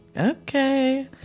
Okay